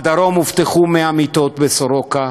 לדרום הובטחו 100 מיטות בסורוקה,